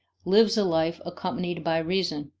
lives a life accompanied by reason.